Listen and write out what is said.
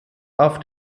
auf